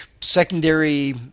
secondary